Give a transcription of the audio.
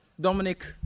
Dominic